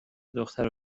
دختر